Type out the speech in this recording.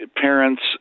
parents